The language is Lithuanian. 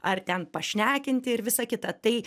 ar ten pašnekinti ir visa kita tai